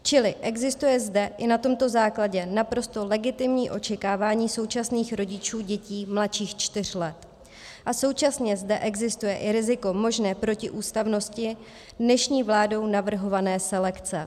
Čili existuje zde i na tomto základě naprosto legitimní očekávání současných rodičů dětí mladších čtyř let a současně zde existuje i riziko možné protiústavnosti dnešní vládou navrhované selekce.